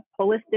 holistic